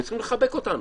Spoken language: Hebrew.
הם צריכים לחבק אותנו.